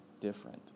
different